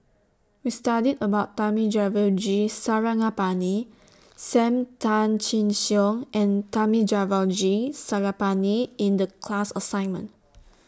We studied about Thamizhavel G Sarangapani SAM Tan Chin Siong and Thamizhavel G Sarangapani in The class assignment